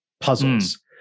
puzzles